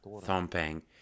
thumping